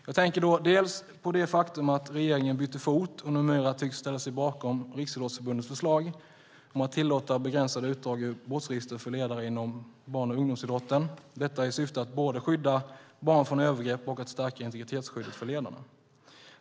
Jag tänker dels på det faktum att regeringen bytte fot och numera tycks ställa sig bakom Riksidrottsförbundets förslag att tillåta begränsade utdrag ur brottsregistret för ledare inom barn och ungdomsidrotten, detta i syfte att både skydda barn från övergrepp och stärka integritetsskyddet för ledarna.